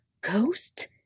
ghost